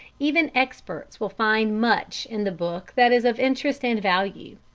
even experts will find much in the book that is of interest and value.